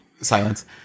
silence